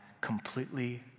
completely